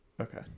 okay